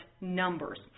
numbers